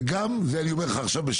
וגם, אני אומר לך בשקט,